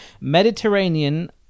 Mediterranean